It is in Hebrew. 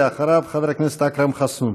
אחריו, חבר הכנסת אכרם חסון.